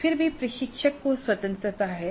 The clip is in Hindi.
फिर भी प्रशिक्षक को स्वतंत्रता है